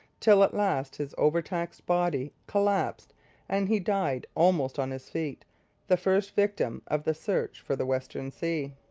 till at last his overtaxed body collapsed and he died almost on his feet the first victim of the search for the western sea.